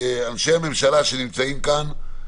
מאנשי הממשלה שנמצאים כאן,